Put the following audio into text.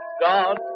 god